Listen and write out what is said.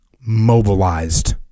mobilized